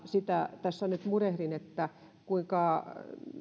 sitä tässä nyt murehdin että